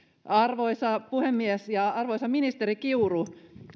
arvoisa puhemies arvoisa ministeri kiuru